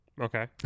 Okay